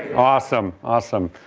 awesome, awesome.